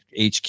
HQ